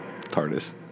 TARDIS